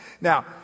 Now